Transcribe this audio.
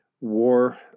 war